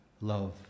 love